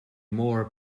more